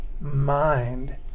mind